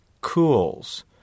cools